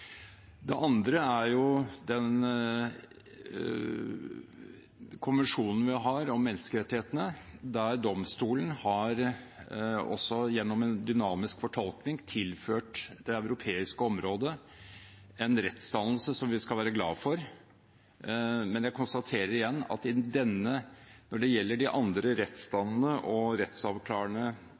Det andre er den konvensjonen vi har om menneskerettighetene. Der har domstolen, også gjennom en dynamisk fortolkning, tilført det europeiske området en rettsdannelse som vi skal være glad for, men jeg konstaterer igjen at når det gjelder de andre rettsdannende og rettsavklarende